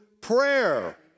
prayer